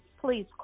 please